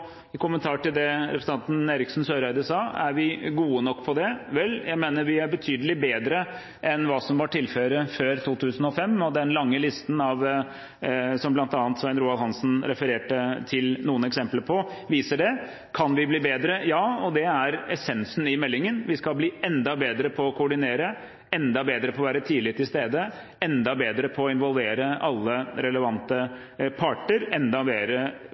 kommentar til det representanten Eriksen Søreide sa, om vi er gode nok på det, at vi er betydelig bedre enn hva som var tilfellet før 2005. Den lange listen som bl.a. Svein Roald Hansen refererte til noen eksempler fra, viser det. Kan vi bli bedre? Ja, og det er essensen i meldingen. Vi skal bli enda bedre på å koordinere, enda bedre på å være tidlig til stede, enda bedre på å involvere alle relevante parter, enda